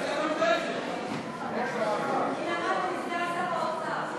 את הצעת חוק פיקוח על מחירי מצרכים ושירותים (תיקון,